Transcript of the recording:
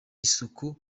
isuku